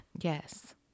Yes